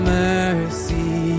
mercy